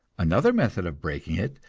another method of breaking it,